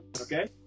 Okay